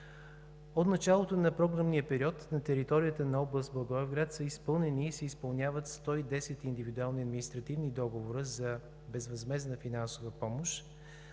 От началото на програмния период на територията на област Благоевград са изпълнени и се изпълняват 110 индивидуални административни договора за безвъзмездна финансова помощ